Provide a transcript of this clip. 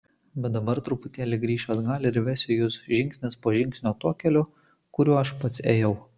bet dabar truputėlį grįšiu atgal ir vesiu jus žingsnis po žingsnio tuo keliu kuriuo aš pats ėjau